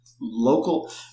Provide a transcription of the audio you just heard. local